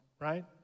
right